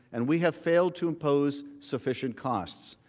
and we have failed to impose sufficient costs.